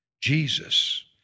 Jesus